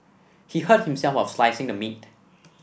he hurt himself while slicing the meat